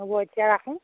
হ'ব এতিয়া ৰাখোঁ